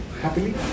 happily